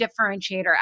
differentiator